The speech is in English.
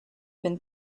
been